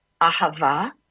Ahava